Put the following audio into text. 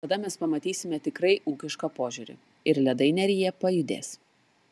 tada mes pamatysime tikrai ūkišką požiūrį ir ledai neryje pajudės